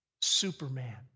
Superman